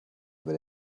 über